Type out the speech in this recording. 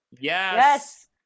Yes